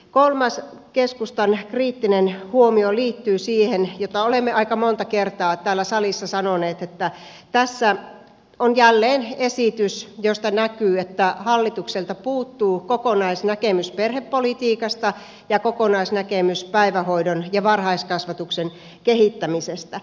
kolmas keskustan kriittinen huomio liittyy siihen mitä olemme aika monta kertaa täällä salissa sanoneet että tässä on jälleen esitys josta näkyy että hallitukselta puuttuu kokonaisnäkemys perhepolitiikasta ja kokonaisnäkemys päivähoidon ja varhaiskasvatuksen kehittämisestä